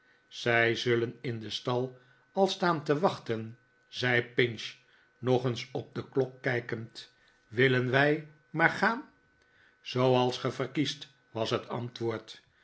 zij zullen in den stal al staan te wachten zei pinch nog eens op de klok kijkend willen wij maar gaan zooals gij verkiest was het antwoord